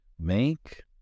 Make